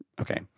Okay